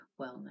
wellness